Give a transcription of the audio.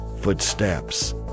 footsteps